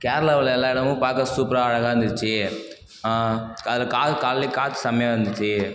கேரளாவில் எல்லா இடமும் பார்க்க சூப்பராக அழகாக இருந்துச்சு அதில் கா காலைல காற்று செமையாக வந்துச்சு